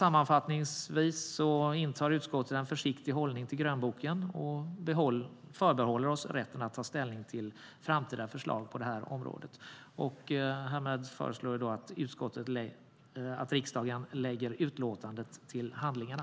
Sammanfattningsvis intar utskottet en försiktig hållning till grönboken och förbehåller sig rätten att ta ställning till framtida förslag på området. Därmed föreslår jag att riksdagen lägger utlåtandet till handlingarna.